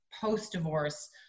post-divorce